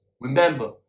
Remember